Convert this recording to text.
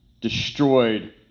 Destroyed